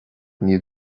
níl